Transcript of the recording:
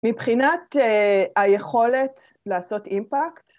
מבחינת היכולת לעשות אימפקט